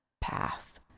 path